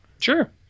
Sure